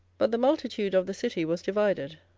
but the multitude of the city was divided